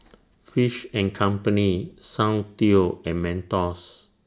Fish and Company Soundteoh and Mentos